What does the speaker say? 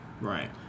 Right